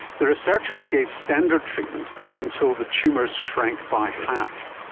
the researchers gave standard treatment until the tumours shrank by half.